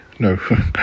No